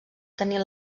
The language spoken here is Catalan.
tenir